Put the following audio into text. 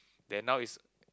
then now is